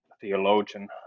theologian